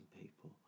people